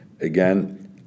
again